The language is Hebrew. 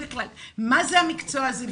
מה זה המקצוע הזה?